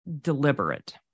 deliberate